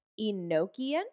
Enochian